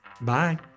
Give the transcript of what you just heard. Bye